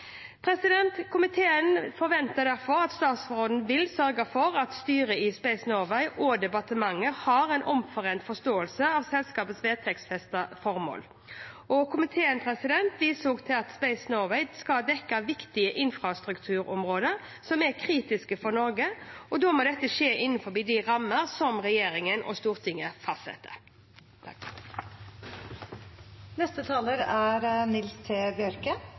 Komiteen forventer derfor at statsråden vil sørge for at styret i Space Norway og departementet har en omforent forståelse av selskapets vedtektsfestede formål. Komiteen viser også til at Space Norway skal dekke viktige infrastrukturområder som er kritiske for Norge, og da må dette skje innenfor de rammer som regjeringen og Stortinget fastsetter. Dette er